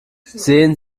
sehen